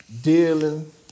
dealing